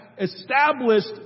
established